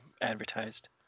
advertised